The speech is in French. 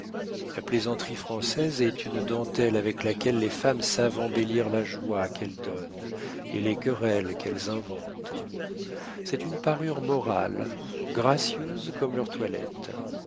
la plaisanterie française est une dentelle avec laquelle les femmes savent embellir la joie qu'elles donnent et les querelles qu'elles inventent c'est une parure morale gracieuse comme leur toilette